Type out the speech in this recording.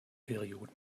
perioden